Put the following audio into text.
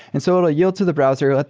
and so it will yield to the browser. like